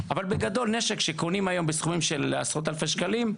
אבל בגדול נשק שקונים היום בסכומים של עשרות אלפי שקלים,